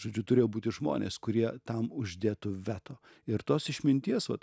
žodžiu turėjo būti žmonės kurie tam uždėtų veto ir tos išminties vat